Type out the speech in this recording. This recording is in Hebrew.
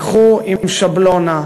לקחו עם שבלונה,